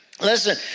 listen